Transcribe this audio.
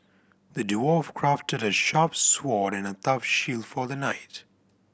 the dwarf crafted a sharp sword and a tough shield for the knight